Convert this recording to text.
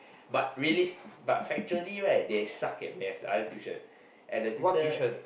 but really but factually right they suck at math the other tuition and the tutor